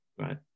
Right